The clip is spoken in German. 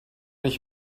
ich